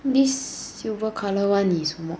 this silver colour one is what